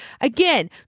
Again